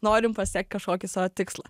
norint pasiekt kažkokį savo tikslą